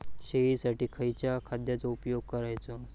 शेळीसाठी खयच्या खाद्यांचो उपयोग करायचो?